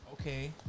Okay